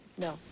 No